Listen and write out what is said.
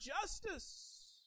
justice